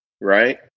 right